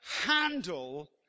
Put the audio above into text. handle